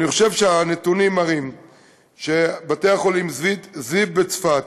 אני חושב שהנתונים מראים שבתי-החולים זיו בצפת,